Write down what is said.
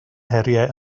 heriau